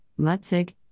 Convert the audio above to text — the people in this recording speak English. Mutzig